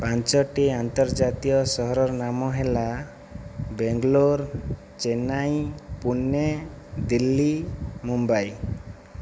ପାଞ୍ଚଟି ଆନ୍ତର୍ଜାତୀୟ ସହରର ନାମ ହେଲା ବେଙ୍ଗାଲୁରୁ ଚେନ୍ନାଇ ପୁଣେ ଦିଲ୍ଲୀ ମୁମ୍ବାଇ